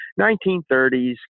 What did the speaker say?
1930s